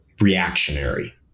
reactionary